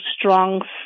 strong